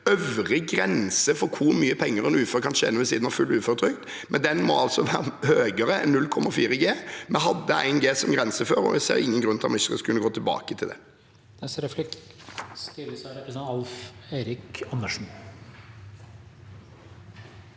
øvre grense for hvor mye penger en ufør kan tjene ved siden av full uføretrygd, men den må altså være høyere enn 0,4 G. Vi hadde 1 G som grense før, og jeg ser ingen grunn til at vi ikke skal kunne gå tilbake til det.